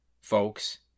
folks